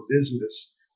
business